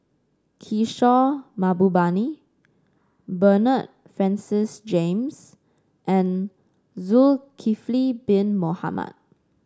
Kishore Mahbubani Bernard Francis James and Zulkifli Bin Mohamed